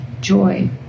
joy